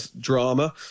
drama